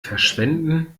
verschwenden